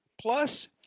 Plus